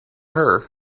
her